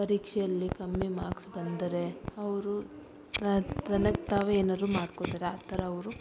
ಪರೀಕ್ಷೆಯಲ್ಲಿ ಕಮ್ಮಿ ಮಾರ್ಕ್ಸ್ ಬಂದರೆ ಅವರು ತನಗೆ ತಾವೇ ಏನಾದ್ರು ಮಾಡ್ಕೋತಾರೆ ಆ ಥರ ಅವರು